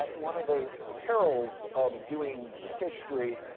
one of the perils of doing history,